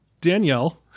Danielle